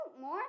More